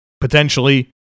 potentially